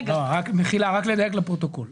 מחילה, רק לדייק לפרוטוקול.